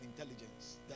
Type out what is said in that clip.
intelligence